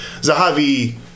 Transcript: Zahavi